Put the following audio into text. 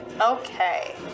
Okay